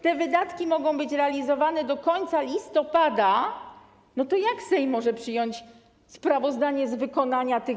Te wydatki mogą być realizowane do końca listopada, więc jak Sejm może przyjąć sprawozdanie z wykonania budżetu?